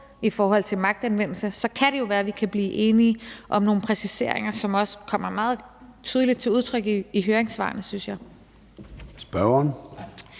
i forhold til magtanvendelse, kan det jo være, vi kan blive enige om nogle præciseringer, som også kommer meget tydeligt til udtryk i høringssvarene, synes jeg. Kl.